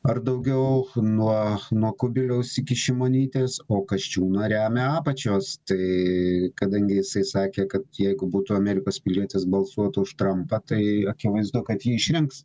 ar daugiau nuo nuo kubiliaus iki šimonytės o kasčiūną remia apačios tai kadangi jisai sakė kad jeigu būtų amerikos pilietis balsuotų už trumpą tai akivaizdu kad jį išrinks